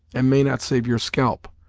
and may not save your scalp.